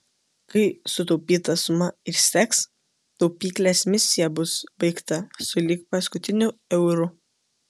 kai sutaupyta suma išseks taupyklės misija bus baigta sulig paskutiniu euru